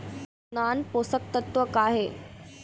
नान पोषकतत्व का हे?